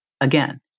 again